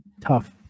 tough